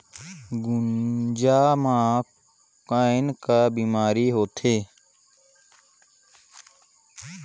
गुनजा मा कौन का बीमारी होथे?